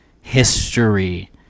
history